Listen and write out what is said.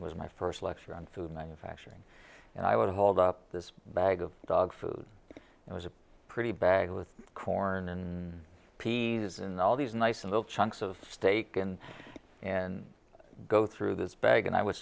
think was my first lecture on food manufacturing and i would hold up this bag of dog food it was a pretty bag with corn and peas and all these nice little chunks of steak and and go through this bag and i would